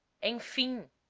em fim,